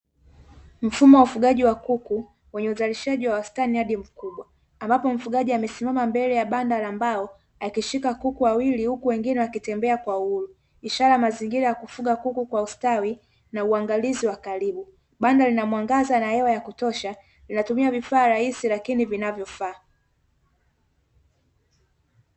Mfumo wa ufugaji wa kuku wenye uzalishaji wa wastani hadi mkubwa, ambapo mfugaji amesimama mbele ya banda la mbao akishika kuku wawili huku wengine wakitembea kwa uhuru, ishara ya mazingira ya kufuga kuku kwa ustawi na uangalizi wa karibu, banda lina mwangaza na hewa ya kutosha, linatumia vifaa rahisi lakini vinavyofaa.